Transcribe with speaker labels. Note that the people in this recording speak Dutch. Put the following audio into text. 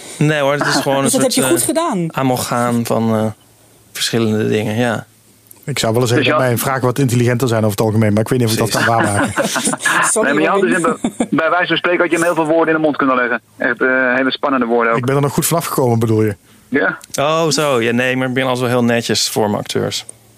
Speaker 1: Nee hoor, het is
Speaker 2: Ah,
Speaker 1: gewoon
Speaker 2: dus
Speaker 1: een
Speaker 2: dat heb
Speaker 1: soort,
Speaker 2: je goed
Speaker 1: eh,
Speaker 2: gedaan.
Speaker 1: amalgaam van, eh, verschillende dingen, ja.
Speaker 3: Ik zou willen zeggen
Speaker 4: Dus ja.
Speaker 3: dat mijn vragen wat intelligenter zijn over het algemeen, maar ik weet niet of ik dat
Speaker 4: Precies.
Speaker 3: kan waarmaken.
Speaker 2: Sorry
Speaker 4: Nee, maar je
Speaker 2: hoor,
Speaker 4: had
Speaker 2: Lin.
Speaker 4: dus in be- bij wijze van spreken had je hem heel veel woorden in de mond kunnen leggen. Echt, eh, hele spannende woorden ook.
Speaker 3: Ik ben er nog goed vanaf gekomen, bedoel je?
Speaker 4: Ja.
Speaker 1: Oh, zo. Ja, nee, maar ik ben al zo heel netjes voor mijn acteurs.